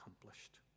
accomplished